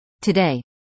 Today